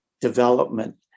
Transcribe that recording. development